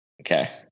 Okay